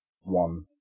one